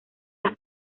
las